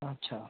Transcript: अच्छा